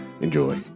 Enjoy